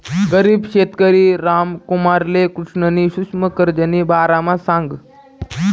गरीब शेतकरी रामकुमारले कृष्णनी सुक्ष्म कर्जना बारामा सांगं